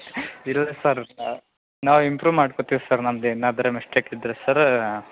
ಇಲ್ಲ ಸರ್ ನಾವು ಇಂಪ್ರೂ ಮಾಡ್ಕೊತೀವಿ ಸರ್ ನಮ್ದು ಏನಾದ್ರೂ ಮಿಸ್ಟೇಕ್ ಇದ್ದರೆ ಸರ್ರ